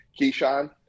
Keyshawn